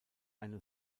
eine